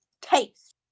taste